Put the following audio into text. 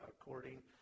according